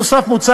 נוסף על כך,